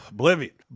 Oblivion